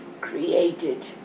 created